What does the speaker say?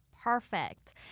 perfect